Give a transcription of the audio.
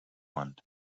want